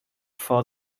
for